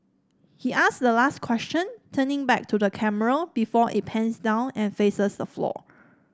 he ask the last question turning back to the camera before it pans down and faces the floor